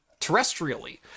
terrestrially